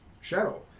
Shadow